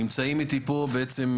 נמצאים איתי פה, בעצם,